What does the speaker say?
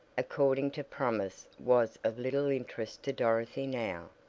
according to promise was of little interest to dorothy now.